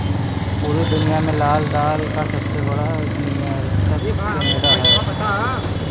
पूरी दुनिया में लाल दाल का सबसे बड़ा निर्यातक केनेडा है